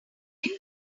kill